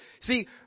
See